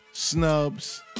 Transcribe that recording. Snubs